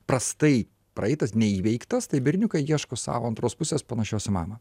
prastai praeitas neįveiktas tai berniukai ieško savo antros pusės panašios į mamą